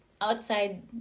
outside